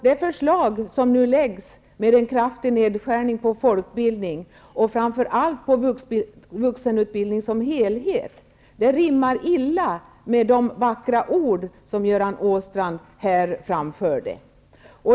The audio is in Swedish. Det förslag som nu läggs fram om en kraftig nedskärning på folkbildningens område och framför allt inom vuxenutbildningen som helhet rimmar illa med de vackra ord som Göran Åstrand här framförde.